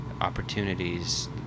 opportunities